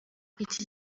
iki